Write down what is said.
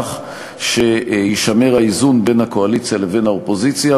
כך שיישמר האיזון בין הקואליציה לבין האופוזיציה.